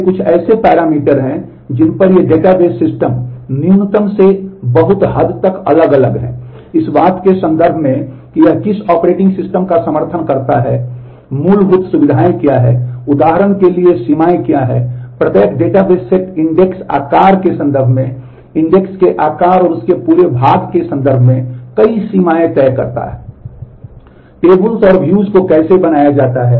ये कुछ ऐसे पैरामीटर हैं जिन पर ये डेटाबेस सिस्टम न्यूनतम से बहुत हद तक अलग अलग हैं इस बात के संदर्भ में कि यह किस ऑपरेटिंग सिस्टम का समर्थन करता है मूलभूत सुविधाएँ क्या हैं उदाहरण के लिए सीमाएँ क्या हैं प्रत्येक डेटाबेस सेट इंडेक्स के आकार और उस के पूरे भाग के संदर्भ में कई सीमाएँ तय करता है